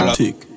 tick